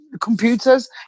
computers